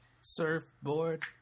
Surfboard